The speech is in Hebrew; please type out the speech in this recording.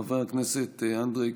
חבר הכנסת אנדרי קוז'ינוב,